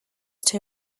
too